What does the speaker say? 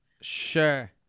sure